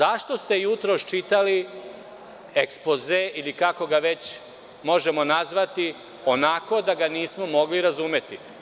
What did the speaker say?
Zašto ste jutros čitali ekspoze ili kako već možemo nazvati onako da ga nismo mogli razumeti.